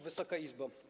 Wysoka Izbo!